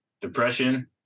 Depression